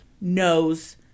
knows